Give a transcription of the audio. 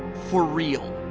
for real.